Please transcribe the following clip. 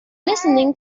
listening